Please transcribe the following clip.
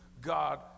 God